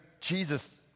Jesus